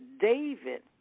David